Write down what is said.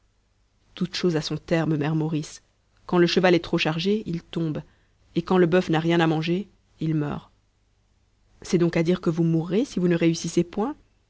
toute chose a son terme mère maurice quand le cheval est trop chargé il tombe et quand le buf n'a rien à manger il meurt c'est donc à dire que vous mourrez si vous ne réussissez point